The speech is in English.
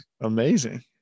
Amazing